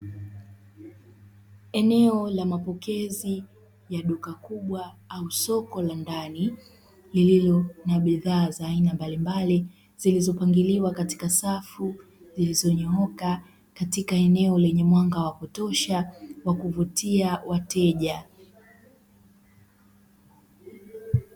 Eneo la mapokezi ya duka kubwa au soko la ndani, lililo na bidhaa za aina mbalimbali zilizopangiliwa katika safu zilizonyooka katika eneo lenye mwanga wa kutosha wa kuvutia wateja.